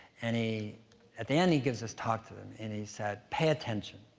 and he at the end, he gives this talk to them, and he said, pay attention.